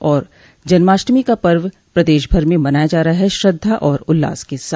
और जन्माष्टमी का पर्व प्रदेशभर में मनाया जा रहा है श्रद्धा और उल्लास के साथ